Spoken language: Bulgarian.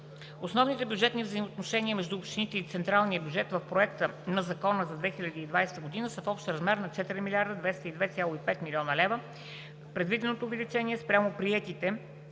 Основните бюджетни взаимоотношения между общините и централния бюджет в Проекта на закона за 2020 г. са в общ размер на 4 202,5 млн. лв. Предвиденото увеличение спрямо приетите